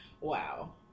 Wow